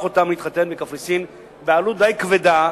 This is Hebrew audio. אותם להתחתן בקפריסין בעלות די כבדה,